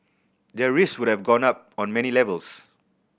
their risks would have gone up on many levels